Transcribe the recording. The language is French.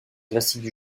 classique